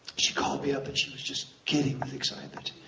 she called me up and she was just giddy with excitement.